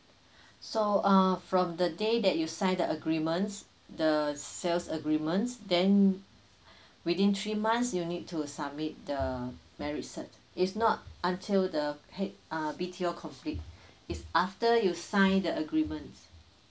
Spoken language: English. so uh from the day that you sign the agreements the sales agreements then within three months you need to submit the marriage cert is not until the uh B_T_O complete is after you sign the agreement